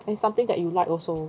it's something that you like also